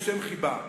זה שם חיבה.